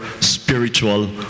spiritual